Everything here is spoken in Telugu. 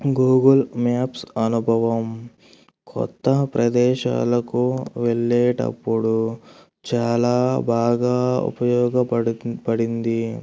గూగుల్ మ్యాప్స్ అనుభవం కొత్త ప్రదేశాలకు వెళ్ళేటప్పుడు చాలా బాగా ఉపయోగపడి పడింది